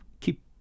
keep